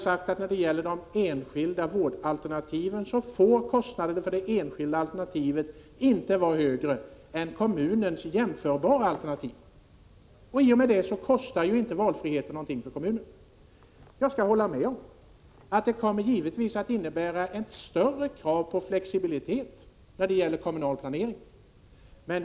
Kostnaden för det enskilda vårdalternativet får inte vara högre än för kommunens jämförbara alternativ. I och med detta kostar inte valfriheten någonting för kommunen. Jag kan hålla med om att ett genomförande av vårt förslag givetvis kommer att innebära att det ställs större krav på flexibilitet i den kommunala planeringen.